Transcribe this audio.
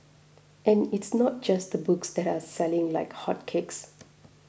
and it's not just the books that are selling like hotcakes